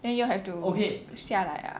then you all have to 下来 ah